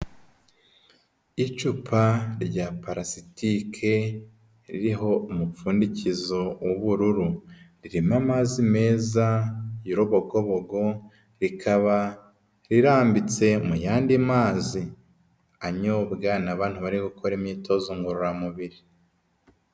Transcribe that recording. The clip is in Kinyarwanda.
Icupa rya parasitike ririho umupfundikizo w'ubururu ririmo amazi meza y'urubogobogo rikaba rirambitse mu y'andi mazi anyobwa n'abantu bari gukora imyitozo ngororamubiri.